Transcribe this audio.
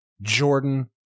Jordan